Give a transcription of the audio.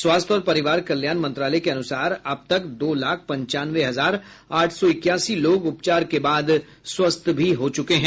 स्वास्थ्य और परिवार कल्याण मंत्रालय के अनुसार अब तक दो लाख पंचानवे हजार आठ सौ इक्यासी लोग उपचार के बाद स्वस्थ भी हो चुके हैं